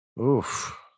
Oof